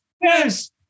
yes